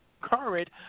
current